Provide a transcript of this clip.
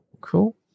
cool